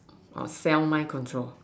orh cell mine control